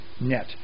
net